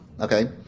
okay